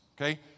Okay